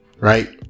Right